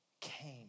came